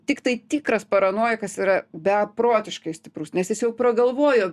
tiktai tikras paranojikas yra beprotiškai stiprus nes jis jau pragalvojo